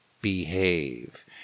behave